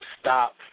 stop